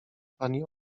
pani